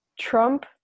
Trump